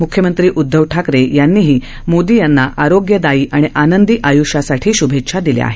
म्ख्यमंत्री उद्धव ठाकरे यांनीही मोदी यांना आरोग्यदायी आणि आनंदी आय्ष्यासाठी श्भेच्छा दिल्या आहेत